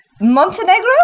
Montenegro